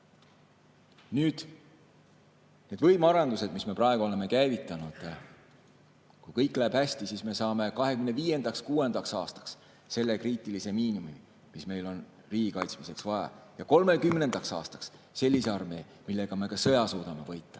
on. Nüüd nendest võimearendustest, mis me praegu oleme käivitanud. Kui kõik läheb hästi, siis me saame 2025.–2026. aastaks selle kriitilise miinimumi, mis meil on riigi kaitsmiseks vaja. Ja 2030. aastaks saame sellise armee, millega me ka sõja suudame võita.